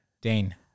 Dane